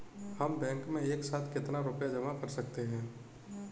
हम बैंक में एक साथ कितना रुपया जमा कर सकते हैं?